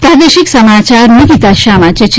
પ્રાદેશિક સમાયાર નિકિતા શાહ વાંચે છે